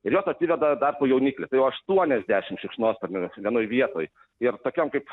ir jos atsiveda dar tų jauniklių aštuoniasdešim šikšnosparnių vienoj vietoj ir tokiem kaip